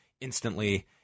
instantly